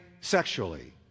sexually